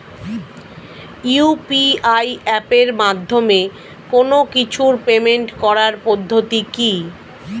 UPI এপের মাধ্যমে কোন কিছুর পেমেন্ট করার পদ্ধতি কি?